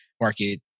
market